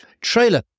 trailer